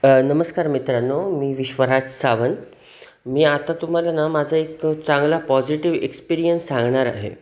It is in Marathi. नमस्कार मित्रांनो मी विश्वराज सावन मी आता तुम्हाला ना माझा एक चांगला पॉझिटिव्ह एक्सपिरियन्स सांगणार आहे